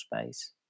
space